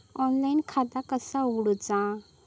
Online खाता कसा उगडूचा?